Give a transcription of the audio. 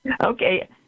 Okay